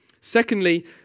Secondly